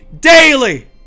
daily